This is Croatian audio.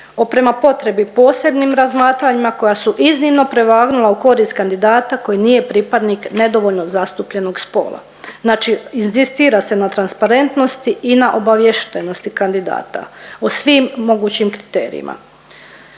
prema potrebi posebnim razmatranjima koja su iznimno prevagnula u korist kandidata koji nije pripadnik nedovoljno zastupljenog spola. Znači inzistira se na transparentnosti i na obaviještenosti kandidata o svim mogućim kriterijima.